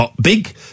Big